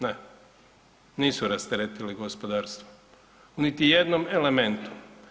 Ne, nisu rasteretili gospodarstvo niti u jednom elementu.